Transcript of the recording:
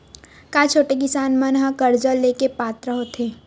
का छोटे किसान मन हा कर्जा ले के पात्र होथे?